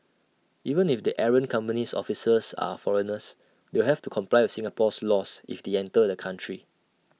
even if the errant company's officers are foreigners they have to comply with Singapore's laws if they enter the country